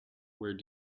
where